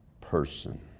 person